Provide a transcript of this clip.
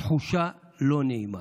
התחושה לא נעימה.